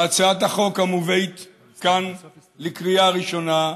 בהצעת החוק המובאת כאן לקריאה ראשונה,